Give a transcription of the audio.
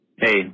Hey